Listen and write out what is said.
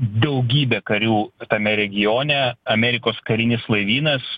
daugybė karių tame regione amerikos karinis laivynas